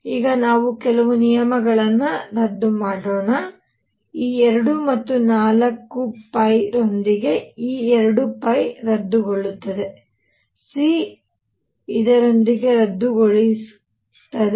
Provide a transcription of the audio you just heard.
ಈಗ ನಾವು ಕೆಲವು ನಿಯಮಗಳನ್ನು ರದ್ದು ಮಾಡೋಣ ಈ 2 ಮತ್ತು 4 ರೊಂದಿಗೆ ಈ 2 ರದ್ದುಗೊಳ್ಳುತ್ತದೆ c ಇದರೊಂದಿಗೆ ರದ್ದುಗೊಳಿಸುತ್ತದೆ